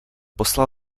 poslal